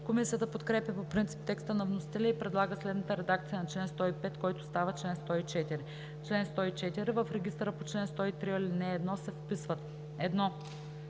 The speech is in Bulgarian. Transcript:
Комисията подкрепя по принцип текста на вносителя и предлага следната редакция на чл. 105, който става чл. 104: „Чл. 104. В регистъра по чл. 103, ал. 1 се вписват: